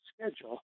schedule